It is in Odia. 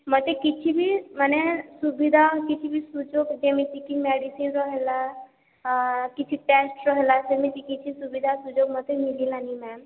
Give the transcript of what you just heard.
ମୋତେ କିଛି ବି ମାନେ ସୁବିଧା କିଛି ବି ସୁଯୋଗ ଯେମିତିକି ମେଡ଼ିସିନ୍ ର ହେଲା କିଛି ଟେଷ୍ଟ ର ହେଲା ସେମିତି କିଛି ସୁବିଧା ସୁଯୋଗ ମୋତେ ମିଳିଲାନି ମ୍ୟାମ୍